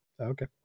Okay